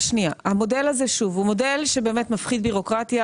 המודל הזה, שוב, הוא מודל שמפחית בירוקרטיה